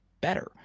better